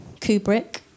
Kubrick